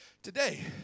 Today